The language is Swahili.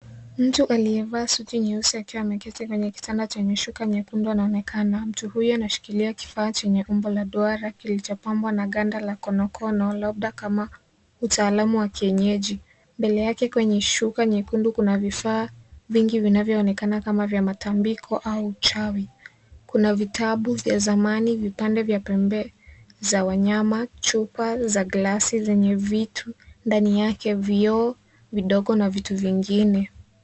Mtu aliyevaa suti nyeusi akiwa ameketi kwenye kitanda chenye shuka nyekundu anaonekana, mtu huyo anashikilia kifaa chenye umbo la duara kilichopambwa na ganda la konokono, labda kama utaalamu wa kienyeji. Mbele yake kwenye shuka nyekundu kuna vifaa vingi vinavyoonekana kama vya matambiko au uchawi. Kuna vitabu vya zamani, vipande vya pembe za wanyama, chupa za glasi zenye vitu ndani yake, vioo vidogo na vitu vingine.